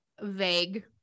vague